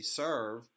serve